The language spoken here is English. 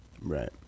right